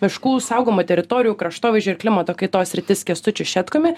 miškų saugomų teritorijų kraštovaizdžio ir klimato kaitos sritis kęstučiu šetkumi